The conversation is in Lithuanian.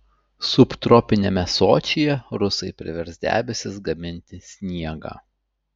subtropiniame sočyje rusai privers debesis gaminti sniegą